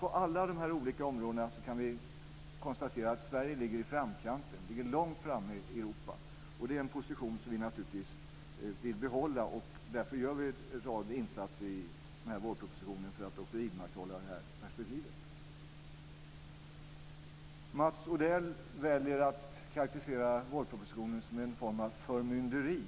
På alla dessa olika områden kan vi konstatera att Sverige ligger i framkanten och är långt framme i Europa. Det är en position som vi naturligtvis vill behålla. Därför gör vi en rad insatser i vårpropositionen för att vidmakthålla det perspektivet. Mats Odell väljer att karakterisera vårpropositionen som en form av förmynderi.